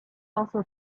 also